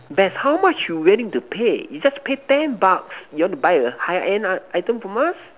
best how much you willing to pay you just pay ten bucks you want to buy a high end item from us